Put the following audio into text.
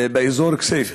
באזור כסייפה.